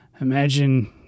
imagine